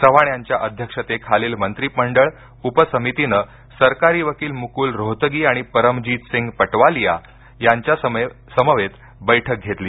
चव्हाण यांच्या अध्यक्षतेखालील मंत्रिमंडळ उप समितीने सरकारी वकील मुकुल रोहतगी आणि परमजीतसिंग पटवालिया यांच्यासमवेत बैठक घेतली